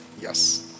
Yes